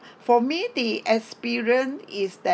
for me the experience is that